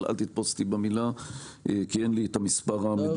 אבל אל תתפוס אותי במילה כי אין לי את המספר המדויק.